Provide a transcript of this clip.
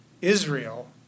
Israel